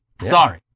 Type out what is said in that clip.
Sorry